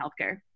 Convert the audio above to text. healthcare